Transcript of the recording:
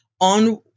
on